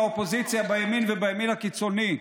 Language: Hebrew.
מהאופוזיציה בימין ובימין הקיצוני: